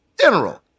general